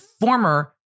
former